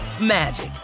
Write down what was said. magic